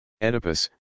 Oedipus